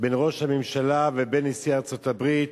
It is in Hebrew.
בין ראש הממשלה לבין נשיא ארצות-הברית